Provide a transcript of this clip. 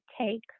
take